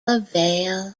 avail